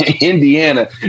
Indiana